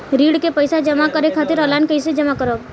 ऋण के पैसा जमा करें खातिर ऑनलाइन कइसे जमा करम?